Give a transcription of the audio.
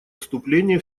вступления